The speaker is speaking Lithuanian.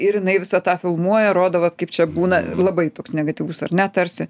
ir jinai visą tą filmuoja rodo vat kaip čia būna labai toks negatyvus ar ne tarsi